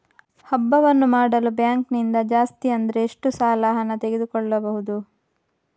ಹಬ್ಬವನ್ನು ಮಾಡಲು ಬ್ಯಾಂಕ್ ನಿಂದ ಜಾಸ್ತಿ ಅಂದ್ರೆ ಎಷ್ಟು ಸಾಲ ಹಣ ತೆಗೆದುಕೊಳ್ಳಬಹುದು?